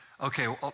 Okay